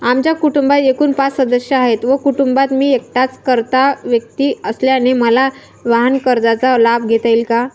आमच्या कुटुंबात एकूण पाच सदस्य आहेत व कुटुंबात मी एकटाच कर्ता व्यक्ती असल्याने मला वाहनकर्जाचा लाभ घेता येईल का?